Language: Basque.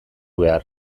behar